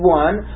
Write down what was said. one